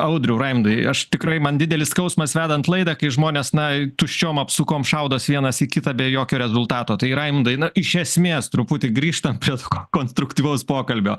audriau raimundai aš tikrai man didelis skausmas vedant laidą kai žmonės na tuščiom apsukom šaudos vienas į kitą be jokio rezultato tai raimundai na iš esmės truputį grįžtam prie to konstruktyvaus pokalbio